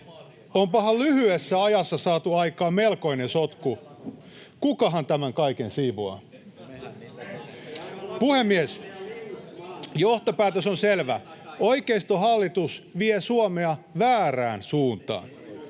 onpahan lyhyessä ajassa saatu aikaan melkoinen sotku. Kukahan tämän kaiken siivoaa? Puhemies! Johtopäätös on selvä: oikeistohallitus vie Suomea väärään suuntaan.